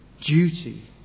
duty